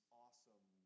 awesome